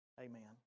Amen